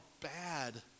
bad